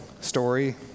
story